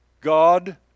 God